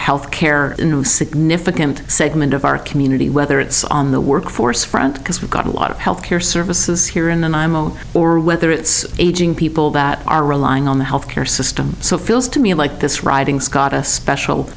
health care in a significant segment of our community whether it's on the workforce front because we've got a lot of health care services here and imo or whether it's aging people that are relying on the health care system so it feels to me like this riding scott a special